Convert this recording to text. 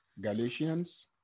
Galatians